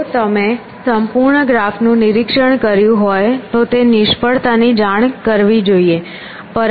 જો તમે સંપૂર્ણ ગ્રાફનું નિરીક્ષણ કર્યું હોય તો તે નિષ્ફળતાની જાણ કરવી જોઈએ